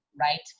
right